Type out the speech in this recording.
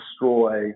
destroy